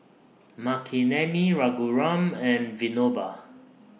Makineni Raghuram and Vinoba